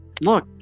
Look